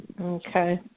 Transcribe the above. Okay